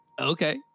okay